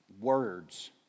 words